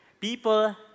people